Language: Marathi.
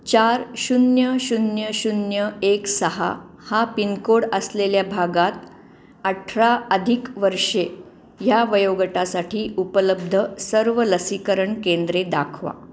चार शून्य शून्य शून्य एक सहा हा पिनकोड असलेल्या भागात अठरा अधिक वर्षे ह्या वयोगटासाठी उपलब्ध सर्व लसीकरण केंद्रे दाखवा